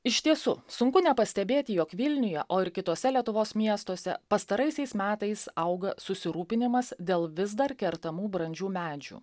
iš tiesų sunku nepastebėti jog vilniuje o ir kituose lietuvos miestuose pastaraisiais metais auga susirūpinimas dėl vis dar kertamų brandžių medžių